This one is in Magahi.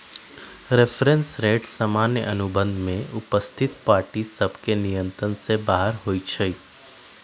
रेफरेंस रेट सामान्य अनुबंध में उपस्थित पार्टिय सभके नियंत्रण से बाहर होइ छइ